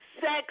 sex